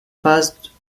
phases